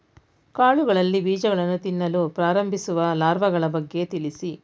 ಕಾಳುಗಳಲ್ಲಿ ಬೀಜಗಳನ್ನು ತಿನ್ನಲು ಪ್ರಾರಂಭಿಸುವ ಲಾರ್ವಗಳ ಬಗ್ಗೆ ತಿಳಿಸಿ?